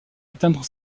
atteindre